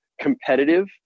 competitive